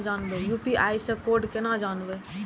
UPI से code केना जानवै?